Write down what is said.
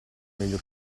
meglio